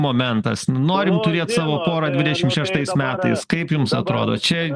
momentas norim turėt savo porą dvidešimt šeštais metais kaip jums atrodo čia